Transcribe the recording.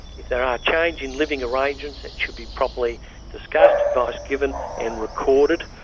if there are changes in living arrangements, that should be properly discussed, advice given, and recorded.